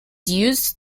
used